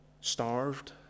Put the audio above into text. starved